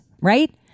Right